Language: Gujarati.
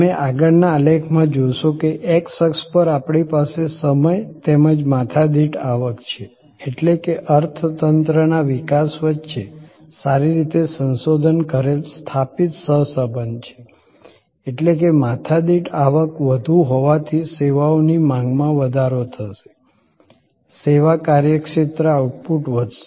તમે આગળના આલેખમાં જોશો કે x અક્ષ પર આપણી પાસે સમય તેમજ માથાદીઠ આવક છે એટલે કે અર્થતંત્રના વિકાસ વચ્ચે સારી રીતે સંશોધન કરેલ સ્થાપિત સહ સંબંધ છે એટલે કે માથાદીઠ આવક વધુ હોવાથી સેવાઓની માંગમાં વધારો થશે સેવા કાર્યક્ષેત્ર આઉટપુટ વધશે